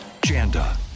Janda